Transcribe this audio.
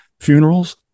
funerals